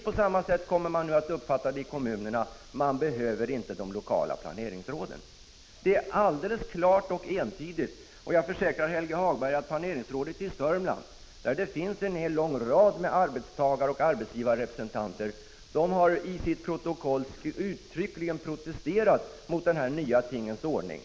Ute i kommunerna kommer man att uppfatta det på precis samma sätt; man behöver inte de lokala planeringsråden. Det är alldeles klart och entydigt. Jag försäkrar Helge Hagberg att planeringsrådet i Sörmland, där det finns en hel lång rad med arbetstagaroch arbetsgivarrepresentanter, i protokoll uttryckligen har protesterat mot den här nya tingens ordning.